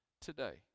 today